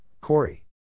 Corey